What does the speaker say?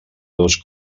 dos